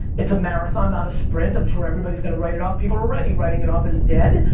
it's a marathon, not a sprint. i'm sure everybody's gonna write it off people already writing it off as dead.